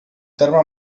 terme